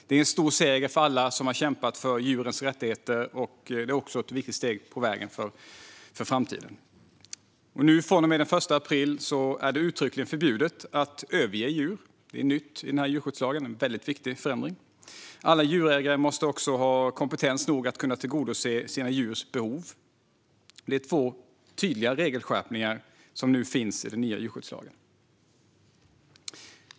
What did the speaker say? Det är en stor seger för alla som har kämpat för djurens rättigheter och ett viktigt steg på vägen inför framtiden. Från och med den 1 april är det uttryckligen förbjudet att överge djur. Det är nytt i djurskyddslagen och är en väldigt viktig förändring. Alla djurägare måste ha kompetens nog att tillgodose sina djurs behov. Det är två tydliga regelskärpningar som nu finns i den nya djurskyddslagen.